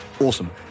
Awesome